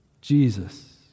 Jesus